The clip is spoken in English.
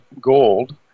gold